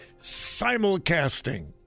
simulcasting